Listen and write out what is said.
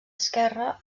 esquerre